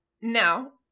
Now